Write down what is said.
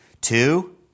Two